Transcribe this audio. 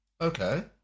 Okay